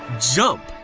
jump!